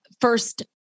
First